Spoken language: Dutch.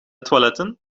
toiletten